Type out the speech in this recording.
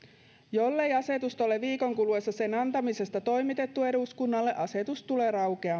jollei asetusta ole viikon kuluessa sen antamisesta toimitettu eduskunnalle asetus tulee raukeamaan